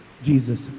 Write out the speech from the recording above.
Jesus